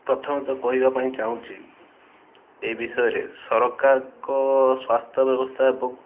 ପ୍ରଥମତଃ କହିବା ପାଇଁ ଚାହୁଁଛି ଏଇ ବିଷୟରେ ସରକାରଙ୍କ ସ୍ୱାସ୍ଥ୍ୟ ବ୍ୟବସ୍ଥା ଏବଂ